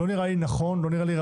זה לא נראה לי נכון וראוי.